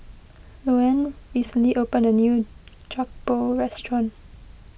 Luanne recently opened a new Jokbal Restaurant